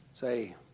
say